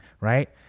right